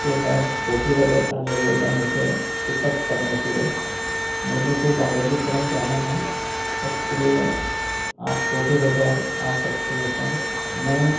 जो है कोठी बाजार आ जाइएगा मुझे पिकअप करने के लिए मुझे जो बालाजीपुरम जाना है उसके लिए आप कोठी बाजार आ सकते हैं क्या मैं